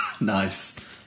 nice